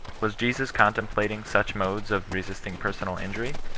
was jesus contemplating such modes of resisting per sonal injury?